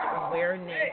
awareness